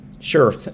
Sure